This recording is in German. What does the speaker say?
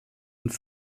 und